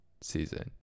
season